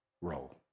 roll